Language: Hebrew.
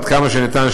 עד כמה שניתן,